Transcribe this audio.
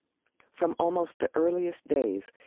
from almost the earliest days,